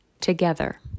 together